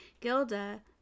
Gilda